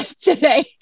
today